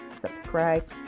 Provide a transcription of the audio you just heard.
subscribe